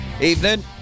Evening